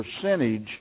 percentage